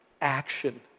action